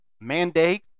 mandate